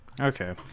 Okay